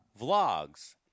vlogs